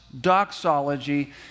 doxology